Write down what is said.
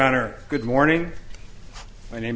honor good morning my name